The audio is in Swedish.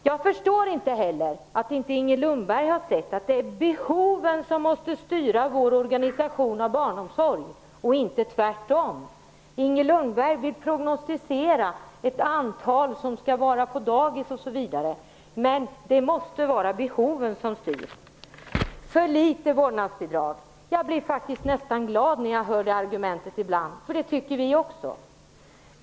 Jag förstår inte heller att inte Inger Lundberg har insett att det är behoven som måste styra vår organisation av barnomsorg och inte tvärtom. Inger Lundberg vill prognosticera vilket antal som skall vara på dagis osv., men det måste vara behoven som styr. Jag blir faktiskt nästan glad ibland när jag hör argumentet att vårdnadsbidraget är för litet. Det tycker vi också.